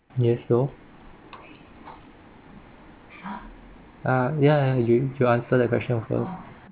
yes so uh ya ya you you answer the question first